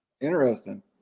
Interesting